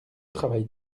travaille